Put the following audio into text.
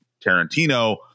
Tarantino